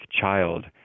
child